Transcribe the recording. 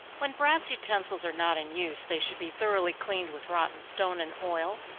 when brass utensils are not in use, they should be thoroughly cleaned with rotten stone and oil,